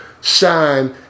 shine